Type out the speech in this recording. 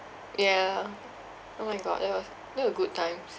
yeah oh my god that was that were good times